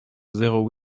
zéro